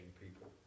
people